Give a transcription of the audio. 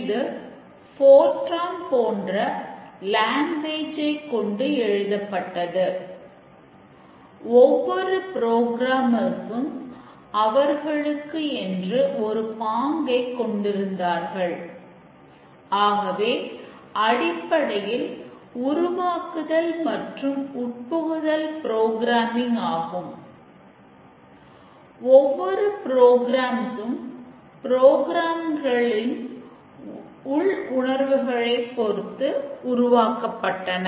இது ப்போட்டான் உள் உணர்வுகளைப் பொறுத்து உருவாக்கப்பட்டன